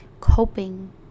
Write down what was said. coping